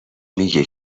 میگه